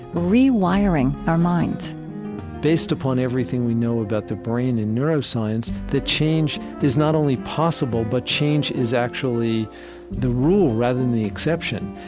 rewiring our minds based upon everything we know about the brain in neuroscience, the change is not only possible, but change is actually the rule rather than the exception.